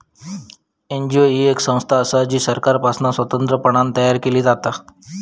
NGO ही येक संस्था असा जी सरकारपासना स्वतंत्रपणान तयार केली जाता